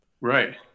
Right